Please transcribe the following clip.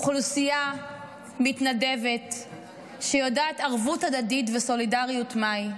זו אוכלוסייה מתנדבת שיודעת ערבות הדדית וסולידריות מהי.